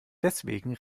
deswegen